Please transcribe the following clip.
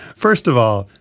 first of all,